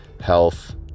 health